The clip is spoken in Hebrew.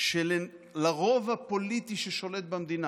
שלרוב הפוליטי ששולט במדינה,